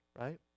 right